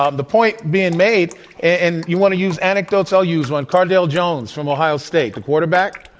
um the point being made and you want to use anecdotes? i'll use one. cardale jones from ohio state, the quarterback,